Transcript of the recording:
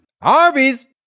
arby's